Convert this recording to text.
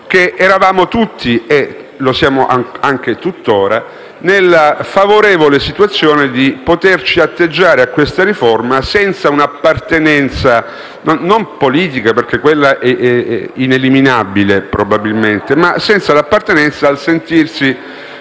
che eravamo tutti - e lo siamo tuttora - nella favorevole situazione di poterci approcciare a questa riforma senza un'appartenenza non dico politica - perché quella è ineliminabile probabilmente - ma senza sentirsi